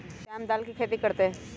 श्याम दाल के खेती कर तय